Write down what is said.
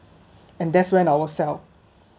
and there’s when I was set out